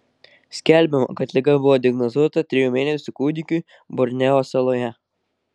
skelbiama kad liga buvo diagnozuota trijų mėnesių kūdikiui borneo saloje